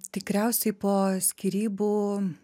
tikriausiai po skyrybų